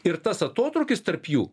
ir tas atotrūkis tarp jų